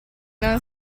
non